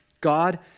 God